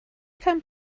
come